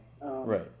Right